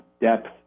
Depth